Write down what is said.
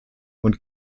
und